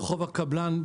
ברחוב הקבלן,